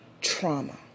trauma